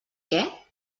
què